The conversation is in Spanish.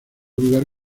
lugar